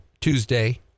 Tuesday